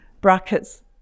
brackets